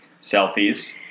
selfies